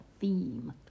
theme